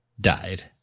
died